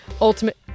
ultimate